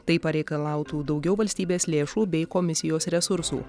tai pareikalautų daugiau valstybės lėšų bei komisijos resursų